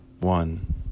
one